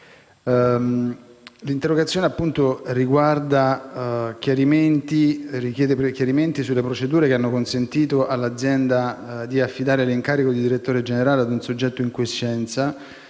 L'interrogazione richiede chiarimenti sulle procedure che hanno consentito all'azienda di affidare l'incarico di direttore generale ad un soggetto in quiescenza,